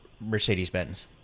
Mercedes-Benz